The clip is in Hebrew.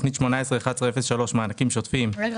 בתוכנית 181103 מענקים שוטפים --- רגע,